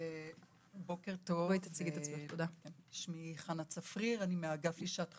בוקר טוב, שמי חנה צפריר מהאגף לשעת חירום.